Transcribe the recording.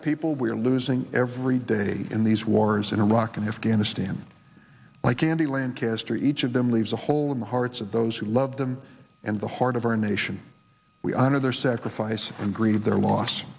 of people we are losing every day in these wars in iraq and afghanistan like candy lancaster each of them leaves a hole in the hearts of those who love them and the heart of our nation we honor their sacrifice and grieve their loss